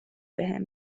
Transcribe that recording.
بهم